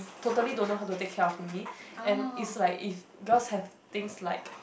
totally don't know how to take care of me and is like is girls have things like